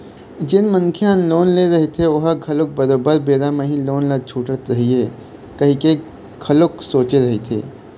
जेन मनखे ह लोन ले रहिथे ओहा घलोक बरोबर बेरा म ही लोन ल छूटत रइहूँ कहिके घलोक सोचे रहिथे